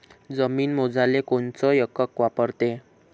जमीन मोजाले कोनचं एकक वापरते?